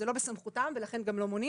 זה לא בסמכותם ולכן גם לא מונים,